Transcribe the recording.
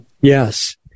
Yes